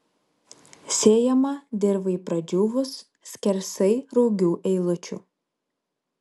sėjama dirvai pradžiūvus skersai rugių eilučių